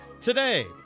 Today